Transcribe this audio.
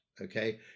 okay